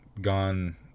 gone